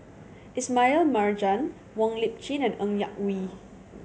Ismail Marjan Wong Lip Chin and Ng Yak Whee